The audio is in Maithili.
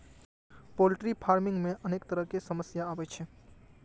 पोल्ट्री फार्मिंग मे अनेक तरहक समस्या आबै छै